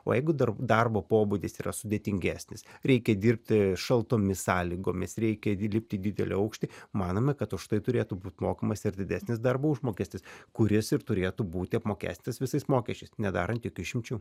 o jeigu dar darbo pobūdis yra sudėtingesnis reikia dirbti šaltomis sąlygomis reikia dirbti didelį aukštį manome kad už tai turėtų būti mokamas ir didesnis darbo užmokestis kuris ir turėtų būti apmokestintas visais mokesčiais nedarant jokių išimčių